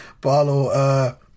Barlow